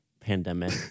Pandemic